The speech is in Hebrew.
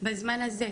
בזמן הזה.